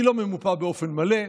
היא לא ממופה באופן מלא.